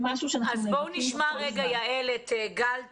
אז בואו נשמע רגע, יעל, את גל תמים,